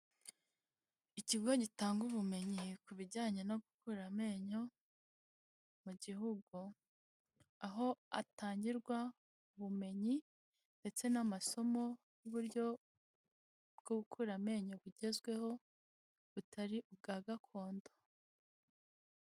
Ikigo gitanga ubumenyi ku bijyanye no gukura amenyo mu gihugu, aho hatangirwa ubumenyi ndetse n'amasomo y'uburyo bwo gukura amenyo bugezweho butari ubwa gakondo.